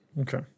Okay